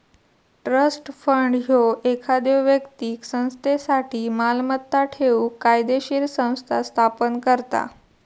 trust fund ह्यो एखाद्यो व्यक्तीक संस्थेसाठी मालमत्ता ठेवूक कायदोशीर संस्था स्थापन करता